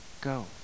go